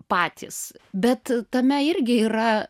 patys bet tame irgi yra